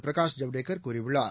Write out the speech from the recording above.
பிரகாஷ் ஜவ்டேகர் கூறியுள்ளார்